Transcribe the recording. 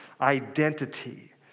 identity